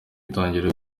intangiriro